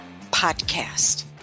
podcast